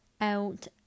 out